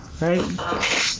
right